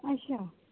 अच्छा